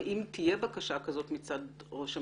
ואם תהיה בקשה כזאת מצד ראש הממשלה,